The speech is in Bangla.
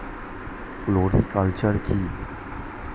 ফ্লোরিকালচার কি?